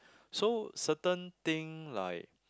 so certain thing like